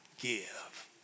give